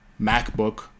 MacBook